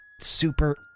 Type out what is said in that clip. super